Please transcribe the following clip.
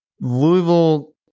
Louisville